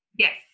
Yes